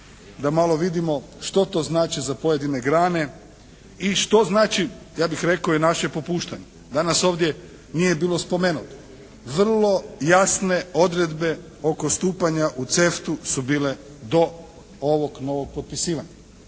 da malo vidimo što to znači za pojedine grane i što znači ja bih rekao i naše popuštanje. Danas ovdje nije bilo spomenuto. Vrlo jasne odredbe oko stupanja u CEFTA-u su bile do ovog novog potpisivanja.